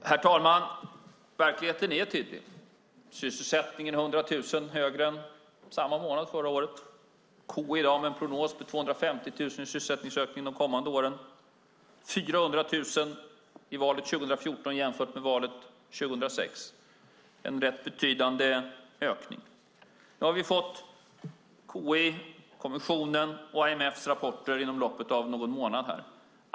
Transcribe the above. Herr talman! Verkligheten är tydlig. Sysselsättningen är 100 000 högre än samma månad förra året. KI kom i dag med en prognos om 250 000 i sysselsättningsökning de kommande åren. Det är en ökning med 400 000 vid valet 2014 jämfört med valet 2006. Det är en rätt betydande ökning. Nu har vi fått KI:s, kommissionens och IMF:s rapporter inom loppet av någon månad.